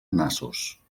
nassos